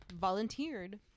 volunteered